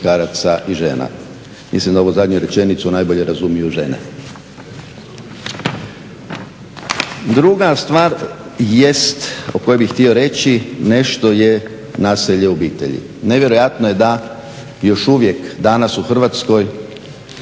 muškaraca i žena. Mislim da ovu zadnju rečenicu najbolje razumiju žene. Druga stvar jest o kojoj bi htio reći nešto je nasilje u obitelji. Nevjerojatno je da danas još uvijek u Hrvatskoj